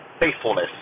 faithfulness